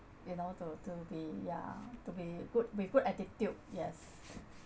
you know to to be ya to be good with good attitude yes